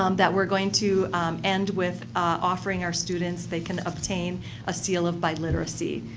um that we're going to and with offering our students, they can obtain a seal of biliteracy.